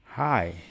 Hi